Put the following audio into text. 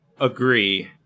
agree